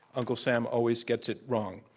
uncle sam always gets it wrong.